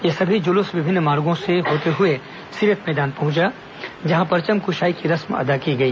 ये सभी जुलूस विभिन्न मार्गों से होता हुआ सीरत मैदान पहुंचा जहां परचम कुशाई की रस्म अदा की गई